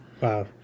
Wow